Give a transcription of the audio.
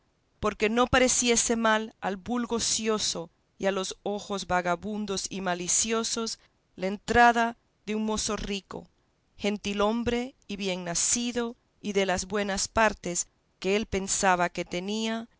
porque no pareciese mal al vulgo ocioso y a los ojos vagabundos y maliciosos la entrada de un mozo rico gentilhombre y bien nacido y de las buenas partes que él pensaba que tenía